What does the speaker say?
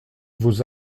vos